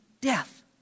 death